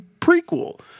prequel